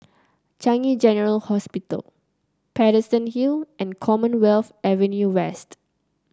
Changi General Hospital Paterson Hill and Commonwealth Avenue West